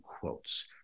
quotes